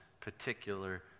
particular